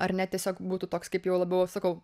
ar ne tiesiog būtų toks kaip jau labiau sakau